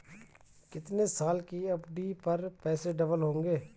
कितने साल की एफ.डी पर पैसे डबल होंगे?